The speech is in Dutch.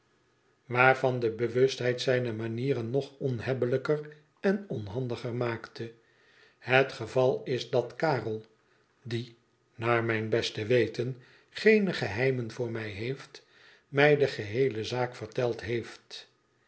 waarvan de bewustheid zijne manieren nog onhebbelijker en onhandiger maakte i het geval is dat karel die naar mijn beste weten geene geheimen voor mij heeft mij de geheele zaak verteld heeft